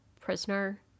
prisoner